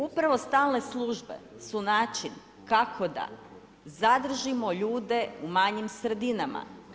Upravo stalne službe su način kako da zadržimo ljude u manjim sredinama.